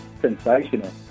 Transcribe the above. Sensational